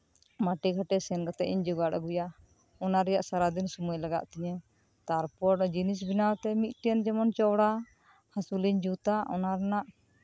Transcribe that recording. ᱢᱟᱴᱷᱮ ᱜᱷᱟᱴᱮ ᱥᱮᱱ ᱠᱟᱛᱮᱜ ᱤᱧ ᱡᱚᱜᱟᱲ ᱟᱹᱜᱩᱭᱟ ᱚᱱᱟ ᱨᱮᱭᱟᱜ ᱥᱟᱨᱟᱫᱤᱱ ᱥᱚᱢᱚᱭ ᱞᱟᱜᱟᱜ ᱛᱤᱧᱟ ᱛᱟᱨᱯᱚᱨ ᱡᱤᱱᱤᱥ ᱵᱮᱱᱟᱣᱛᱮ ᱢᱤᱫᱴᱮᱱ ᱡᱮᱢᱚᱱ ᱪᱚᱣᱲᱟ ᱦᱟᱹᱥᱩᱞ ᱤᱧ ᱡᱩᱛᱼᱟ ᱚᱱᱟ ᱨᱮᱱᱟᱜ